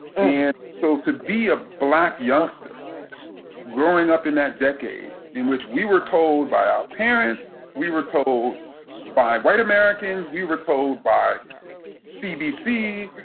and so to be a black youngster growing up in that decade, in which we were told by our ah parents, we were told by white americans, we were told by cbc,